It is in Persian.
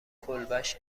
کلبش